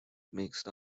mixed